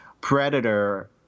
Predator